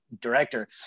director